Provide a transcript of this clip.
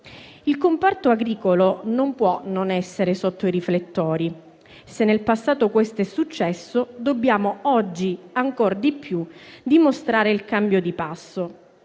Il comparto agricolo non può non essere sotto i riflettori. Se nel passato questo è successo, dobbiamo oggi, ancor di più, dimostrare il cambio di passo.